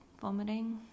vomiting